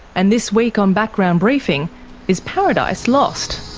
and this week on background briefing is paradise lost?